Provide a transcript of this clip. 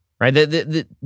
right